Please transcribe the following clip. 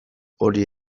hori